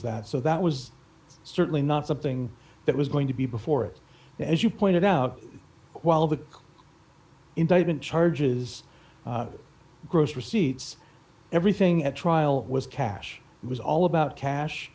that so that was certainly not something that was going to be before it as you pointed out while the indictment charges gross receipts everything at trial was cash it was all about cash